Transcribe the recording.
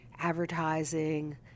advertising